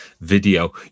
video